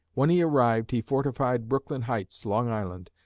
when he arrived, he fortified brooklyn heights, long island,